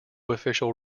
official